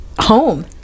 home